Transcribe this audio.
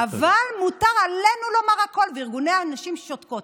אבל עלינו מותר להגיד הכול, וארגוני הנשים שותקים.